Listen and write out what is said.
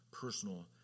personal